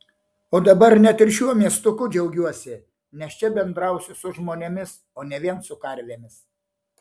o dabar net ir šiuo miestuku džiaugiuosi nes čia bendrausiu su žmonėmis o ne vien su karvėmis